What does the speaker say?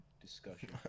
discussion